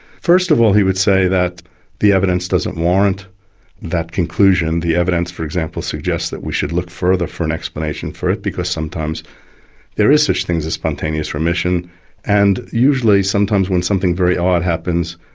first of all he would say that the evidence doesn't warrant that conclusion. the evidence for example suggests that we should look further for an explanation for it because sometimes there are such things as spontaneous remission and usually sometimes when something very odd happens,